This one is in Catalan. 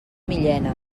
millena